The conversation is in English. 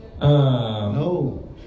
No